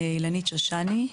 אילנית שושני,